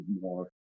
more